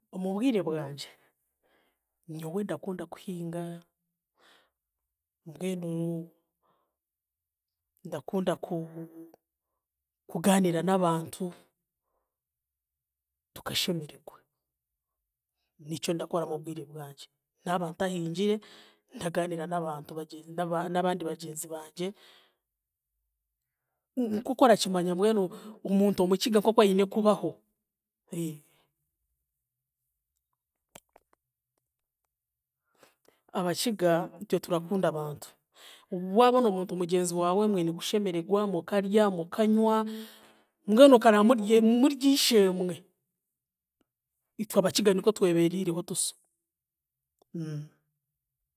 Omu bwire bwangye, nyowe ndakunda kuhinga, mbwenu ndakunda ku- kugaaniira n'abantu, tukashemeregwa. Nikyo ndakora obwire bwangye, naaba ntahingire, ndagaaniira n'abantu bagye naba n'abandi bagyenzi bangye nk'oku orakimanya mbwenu omuntu Omukiga nk'oku aine kubaho. Abakiga itwe turakunda abantu, waabona omuntu mugyenzi waawe mwine kushemeregwa, mukarya, mukanywa mbwenu okara murye muryiishemwe. Itwe Abakiga nikwe twebeeriireho tuso.